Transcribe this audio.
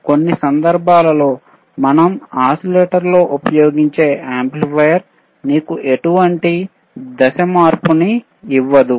కొన్ని సందర్భాలలో మనం ఓసిలేటర్లో ఉపయోగించే యాంప్లిఫైయర్ నీకు ఎటువంటి ఫేస్ షిఫ్ట్ ని ఇవ్వదు అని తరువాత మనం చూశాం